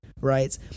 right